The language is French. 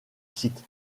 site